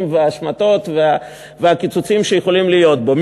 וההשמטות והקיצוצים שיכולים להיות בו.